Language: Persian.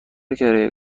کرایه